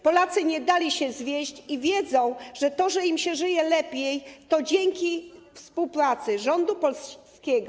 Polacy nie dali się zwieść i wiedzą, że to, że im się żyje lepiej, to dzięki współpracy rządu polskiego.